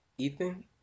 Ethan